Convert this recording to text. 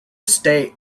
state